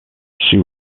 she